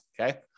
Okay